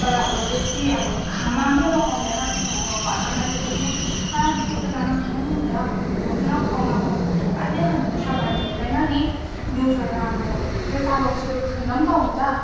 तर अब बेसी अब माम चाहिँ पकाउँदैन किनभने अब घरमा मान्छेले पनि आ दिउँसो त नखाए पनि हुन्छ अब नखाउँ अब भातै खानु पर्छ भन्ने हुँदैन नि दिउँसो त अब त्यही चाब्राक चुब्रुक खाँदा पनि त हुन्छ